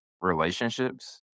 relationships